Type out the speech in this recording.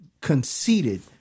conceited